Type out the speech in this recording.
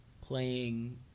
playing